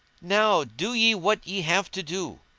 now do ye what ye have to do.